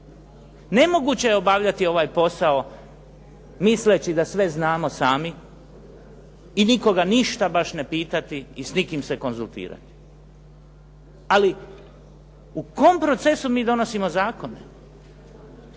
Nemoguće je obavljati ovaj posao misleći da sve znamo sami i nikoga ništa baš ne pitati i s nikim se konzultirati. Ali u kojem procesu mi donosimo zakone?